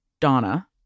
Donna